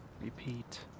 repeat